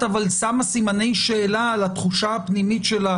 אבל שמה סימני שאלה על התחושה הפנימית שלה,